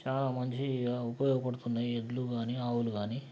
చాల మంచి ఉపయోగపడుతున్నాయి ఎడ్లు కాని ఆవులు కాని